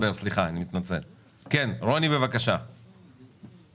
סוכר וצבעי מאכל במחיר מופרך, כפי שציין יושב-ראש